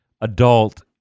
adult